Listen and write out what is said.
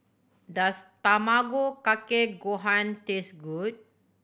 does Tamago Kake Gohan taste good